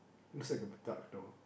looks like a duck though